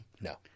No